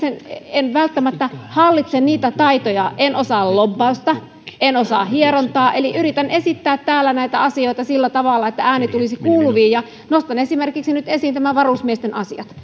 en itse välttämättä hallitse niitä taitoja en osaa lobbausta en osaa hierontaa eli yritän esittää täällä näitä asioita sillä tavalla että ääni tulisi kuuluviin ja nostan esimerkiksi nyt esiin nämä varusmiesten asiat